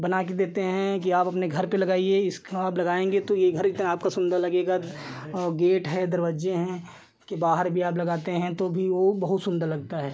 बनाकर देते हैं कि आप अपने घर पर लगाइए इसको आप लगाएँगे तो यह घर इतना आपका सुन्दर लगेगा और गेट है दरवाजे हैं उसके बाहर भी आप लगाते हैं तो भी वह बहुत सुन्दर लगता है